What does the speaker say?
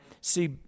see